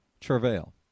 travail